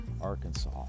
Arkansas